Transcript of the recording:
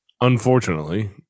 unfortunately